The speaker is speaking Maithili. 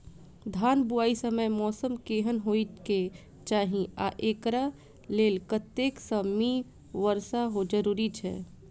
धान बुआई समय मौसम केहन होइ केँ चाहि आ एकरा लेल कतेक सँ मी वर्षा जरूरी छै?